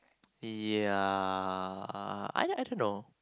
ya I do~ I don't know